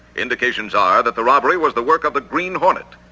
indications are that the robbery was the work of the green hornet,